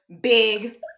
big